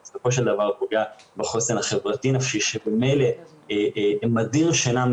וזה בסופו של דבר פוגע בחוסן החברתי-נפשי שממילא מדיר שינה.